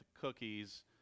cookies